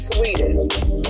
Sweetest